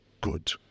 good